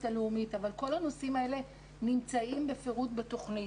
הלאומית אבל כל הנושאים האלה נמצאים בפירוט בתוכנית.